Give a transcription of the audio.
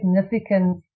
significant